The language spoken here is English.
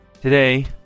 Today